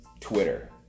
Twitter